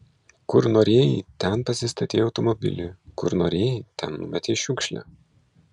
kur norėjai ten pasistatei automobilį kur norėjai ten numetei šiukšlę